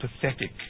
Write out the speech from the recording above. pathetic